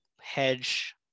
hedge